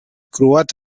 croats